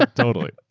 ah totally.